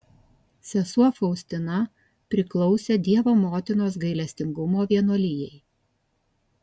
sesuo faustina priklausė dievo motinos gailestingumo vienuolijai